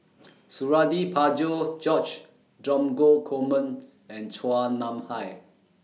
Suradi Parjo George Dromgold Coleman and Chua Nam Hai